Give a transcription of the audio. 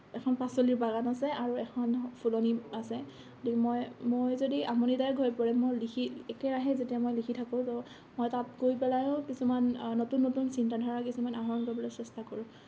এখন পাচলিৰ বাগান আছে আৰু এখন ফুলনি আছে মই মই যদি আমনিদায়ক হৈ পৰে মই লিখি একেৰাহে যেতিয়া মই লিখি থাকোঁ ত' মই তাত গৈ পেলাইও কিছুমান নতুন নতুন চিন্তা ধাৰা কিছুমান আহৰণ কৰিবলৈ চেষ্টা কৰোঁ